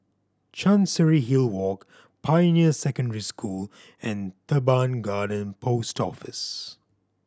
Chancery Hill Walk Pioneer Secondary School and Teban Garden Post Office